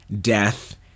death